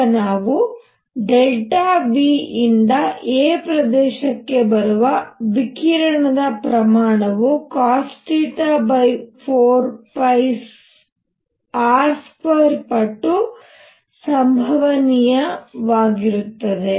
ಈಗ ನಾವು V ಯಿಂದ a ಪ್ರದೇಶಕ್ಕೆ ಬರುವ ವಿಕಿರಣದ ಪ್ರಮಾಣವು cosθ4πr2 ಪಟ್ಟು ಸಂಭವನೀಯವಾಗಿರುತ್ತದೆ